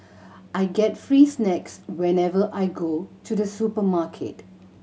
I get free snacks whenever I go to the supermarket